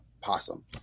possum